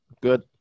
Good